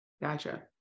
gotcha